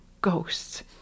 ghosts